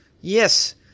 Yes